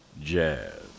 jazz